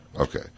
Okay